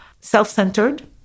self-centered